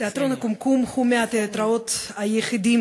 תיאטרון "קומקום" הוא מהתיאטראות היחידים